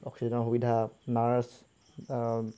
অক্সিজেনৰ সুবিধা নাৰ্ছ